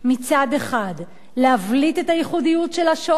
מצד אחד להבליט את הייחודיות של השואה,